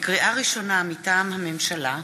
לקריאה ראשונה, מטעם הממשלה: